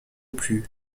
plus